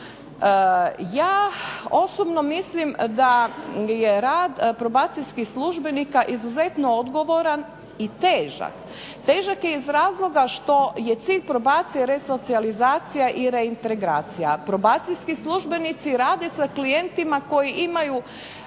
Ja osobno mislim da je rad probacijskih službenika izuzetno odgovoran i težak. Težak je iz razloga što je cilj probacije resocijalizacija i reintegracija. Probacijski službenici rade sa klijentima koji su